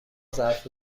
ظرف